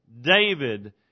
David